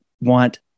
want